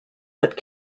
but